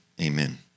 amen